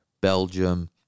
Belgium